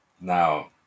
Now